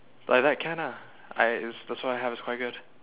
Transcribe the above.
like that can lah I so I have it's quite good